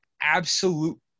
absolute